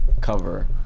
cover